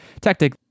tactic